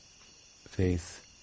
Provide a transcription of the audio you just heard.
faith